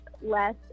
less